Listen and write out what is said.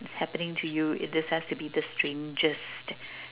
happening to you it this has to be the strangest